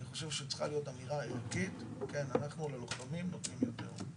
צריכה להיות אמירה ערכית שאנחנו ללוחמים נותנים יותר.